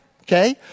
okay